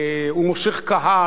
הוא מושך קהל,